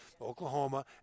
Oklahoma